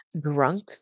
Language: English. drunk